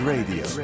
Radio